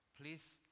please